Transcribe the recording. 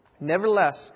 Nevertheless